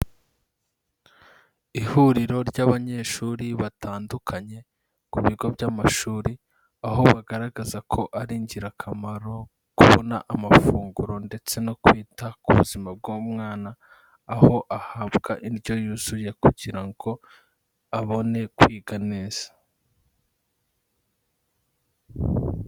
Ihuriro ry'abanyeshuri batandukanye ku bigo by'amashuri, aho bagaragaza ko ari ingirakamaro kubona amafunguro ndetse no kwita ku buzima bw'umwana, aho ahabwa indyo yuzuye kugira ngo abone kwiga neza.